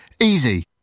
Easy